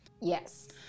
yes